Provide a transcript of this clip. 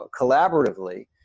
collaboratively